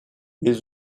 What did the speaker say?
les